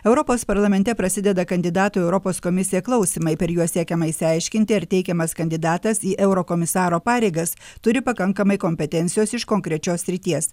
europos parlamente prasideda kandidatų į europos komisiją klausymai per juos siekiama išsiaiškinti ar teikiamas kandidatas į eurokomisaro pareigas turi pakankamai kompetencijos iš konkrečios srities